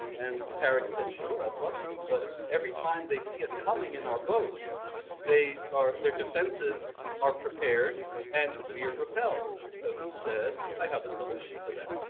and tarik said, sure, i'd love to, but every time they see us coming in our boats they are their defenses are prepared and we are repelled'. so he said, i have a solution to that.